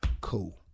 cool